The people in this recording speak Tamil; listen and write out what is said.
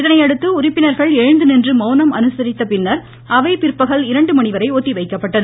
இதனையடுத்து உறுப்பினர்கள் எழுந்துநின்று மவுனம் அனுசரித்தபின்னர் அவை பிற்பகல் இரண்டுமணிவரை ஒத்திவைக்க்பபட்டது